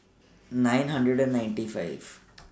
nine hundred and ninety five